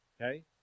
Okay